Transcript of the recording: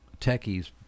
Techies